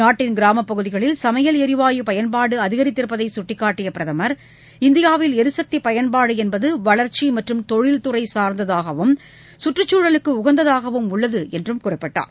நாட்டின் கிராமப்பகுதிகளில் சமயல் எரிவாயு பயன்பாடு அதிகரித்திருப்பதை சுட்டிக்காட்டிய பிரதமர் இந்தியாவில் எரிசக்தி பயன்பாடு என்பது வளர்ச்சி மற்றும் தொழில் துறை சார்ந்ததாகவும் சுற்றுச்சூழலுக்கு உகந்ததாகவும் உள்ளது என்று குறிப்பிட்டார்